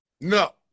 No